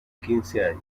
quince